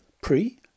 Pre